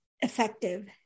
effective